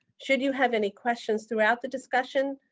should you have any questions throughout the discussion,